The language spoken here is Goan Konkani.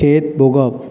खेत भोगप